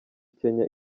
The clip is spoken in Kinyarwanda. kenya